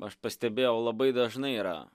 aš pastebėjau labai dažnai yra